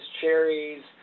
cherries